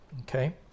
okay